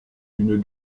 une